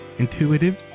intuitive